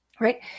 right